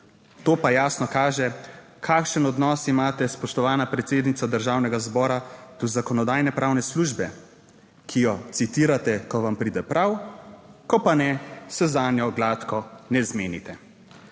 To pa jasno kaže, kakšen odnos imate, spoštovana predsednica Državnega zbora, do Zakonodajno-pravne službe, ki jo citirate, ko vam pride prav, ko pa ne, se zanjo gladko ne zmenite.